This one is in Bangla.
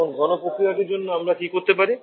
এখন ঘন প্রক্রিয়াটির জন্য আমরা কী করতে পারি